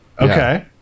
Okay